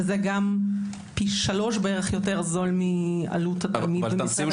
זה גם פי שלושה בערך זול יותר- -- אבל בעברית,